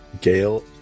Gale